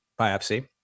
biopsy